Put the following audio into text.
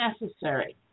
necessary